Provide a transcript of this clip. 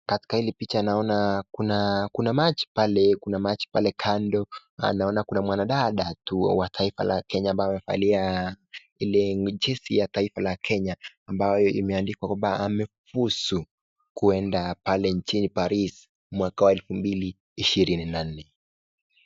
Katika hili picha naona kuna maji pale, Kuna maji pale kando, naona kuna mwanadada wa Taifa la Kenya ,ambaye amevalia Ile jezi la Taifa ya kenya, ambayo imeandikwa ya kwamba, amefuzu kuenda pale nchini Paris mwaka Wa 2024.